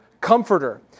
comforter